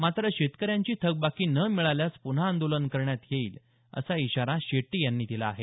मात्र शेतकऱ्यांची थकबाकी न मिळाल्यास पुन्हा आंदोलन करण्यात येईल असा इशारा शेट्टी यांनी दिला आहे